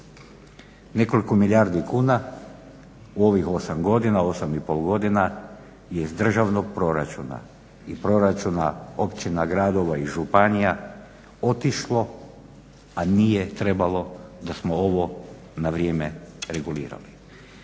Nekoliko milijardi kuna u ovih 8 godina, 8,5 godina iz državnog proračuna i proračuna općina, gradova i županija otišlo je, a nije trebalo da smo ovo na vrijeme regulirali.